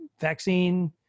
vaccine